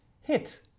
hit